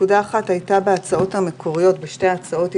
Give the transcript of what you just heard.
נקודה אחת הייתה בשתי הצעות המקוריות,